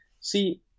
see